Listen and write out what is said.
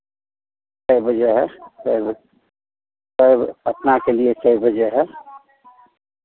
कै बजे है कै कै पटना के लिए कै बजे है